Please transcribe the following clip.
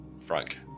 Frank